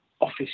office